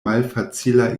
malfacila